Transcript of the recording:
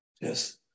Yes